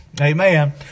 Amen